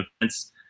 events